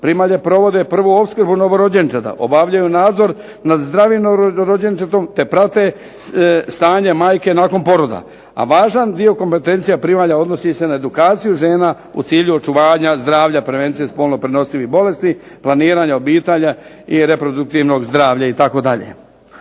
Primalje provode prvu opskrbu novorođenčeta, obavljaju nadzor nad zdravim novorođenčetom, te prate stanje majke nakon poroda. A važan dio kompetencija primalja odnosi se na edukaciju žena u cilju očuvanja zdravlja, prevencije spolno prenosivih bolesti, planiranja obitelji i reproduktivnog zdravlja itd.